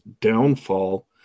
downfall